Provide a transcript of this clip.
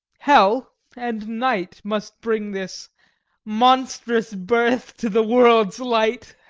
hell and night must bring this monstrous birth to the world's light.